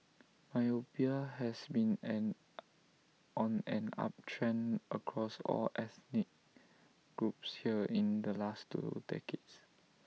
myopia has been an on an uptrend across all ethnic groups here in the last two decades